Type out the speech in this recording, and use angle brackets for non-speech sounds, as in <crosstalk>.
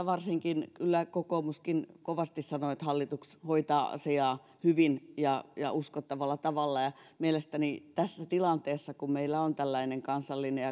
<unintelligible> varsinkin alkuvaiheessa kokoomuskin kovasti sanoi että hallitus hoitaa asiaa hyvin ja ja uskottavalla tavalla mielestäni tässä tilanteessa kun meillä on tällainen kansallinen <unintelligible>